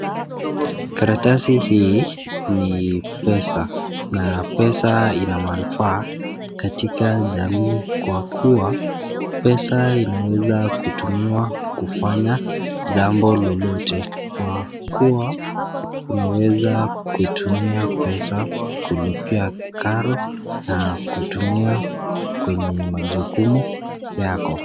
Karatasi hii ni pesa na pesa ina manufaa katika jamii kwa kuwa pesa inaweza kutumiwa kufanya jambo lolote kwa kuwa unaweza kutumia pesa kulipia karo na kutumia kwenye majukumu yako.